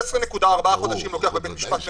16.4 חודשים לוקח בבית משפט מחוזי,